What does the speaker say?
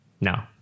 No